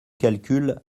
calcul